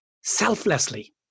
selflessly